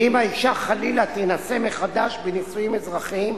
ואם האשה חלילה תינשא מחדש בנישואים אזרחיים,